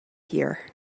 here